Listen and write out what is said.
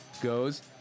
goes